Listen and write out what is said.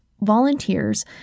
volunteers